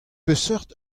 peseurt